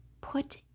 put